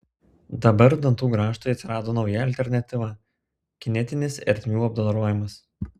dabar dantų grąžtui atsirado nauja alternatyva kinetinis ertmių apdorojimas